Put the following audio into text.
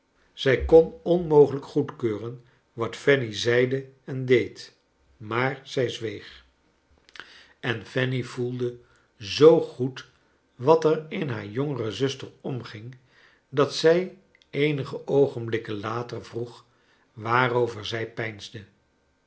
zij kon onmogelijk goedkeuren wat fanny zeide en deed maar zij zweeg en fanny voelde zoo goed wat er in haar jongere zuster omging dat zij eenige oogenblikken later vroeg waarover zij